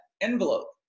envelope